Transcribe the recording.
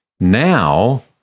Now